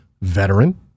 veteran